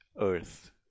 earth